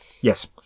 Yes